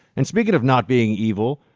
and speaking of not being evil,